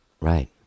right